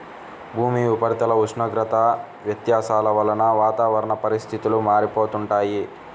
భూమి ఉపరితల ఉష్ణోగ్రత వ్యత్యాసాల వలన వాతావరణ పరిస్థితులు మారిపోతుంటాయి